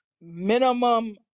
Minimum